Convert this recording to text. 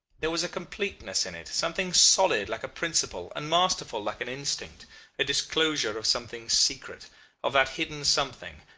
there was a completeness in it, something solid like a principle, and masterful like an instinct a disclosure of something secret of that hidden something,